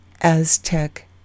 Aztec